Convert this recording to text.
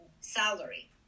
salary